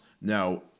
now